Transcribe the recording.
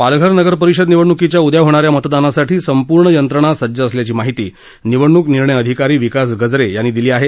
पालघर नगर परिषद निवडणुकीच्या उद्या होणाऱ्या मतदानासाठी संपूर्ण यंत्रणा सज्ज असल्याची माहिती निवडणुक निर्णय अधिकारी विकास गजरे यांनी दिली आहे